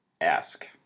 ask